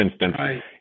instance